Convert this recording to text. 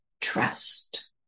trust